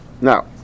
Now